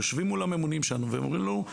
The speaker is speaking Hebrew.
יושבים מול הממונים שלנו והם אומרים לנו,